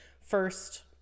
first